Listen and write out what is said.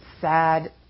sad